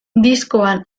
diskoan